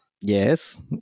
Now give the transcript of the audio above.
Yes